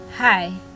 Hi